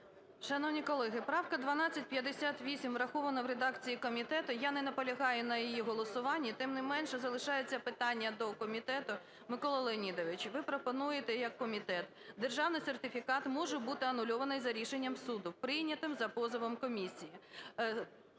Шановні колеги, правка 1258 врахована в редакції комітету, я не наполягаю на її голосуванні. Тим не менше залишається питання до комітету. Миколо Леонідовичу, ви пропонуєте як комітет: державний сертифікат може бути анульований за рішенням суду, прийнятим за позовом комісії.